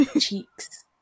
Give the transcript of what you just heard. cheeks